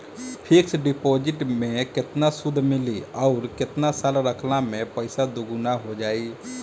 Fix deposit मे केतना सूद मिली आउर केतना साल रखला मे पैसा दोगुना हो जायी?